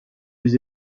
des